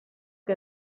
que